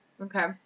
Okay